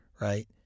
right